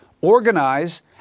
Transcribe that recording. organize